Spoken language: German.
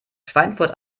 schweinfurt